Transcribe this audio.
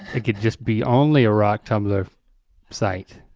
it could just be only a rock tumbler site.